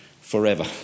forever